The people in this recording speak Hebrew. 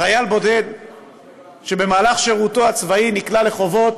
חייל בודד שבמהלך שירותו הצבאי נקלע לחובות,